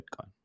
Bitcoin